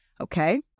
Okay